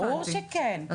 ברור שכן,